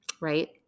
right